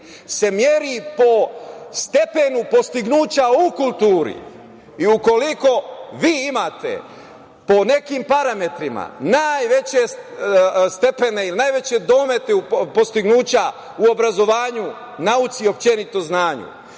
se meri po stepenu dostignuća u kulturi. Ukoliko vi imate po nekim parametrima najveće stepene, ili najveće domete u dostignuća u obrazovanju, nauci uopšte znanju,